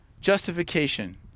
justification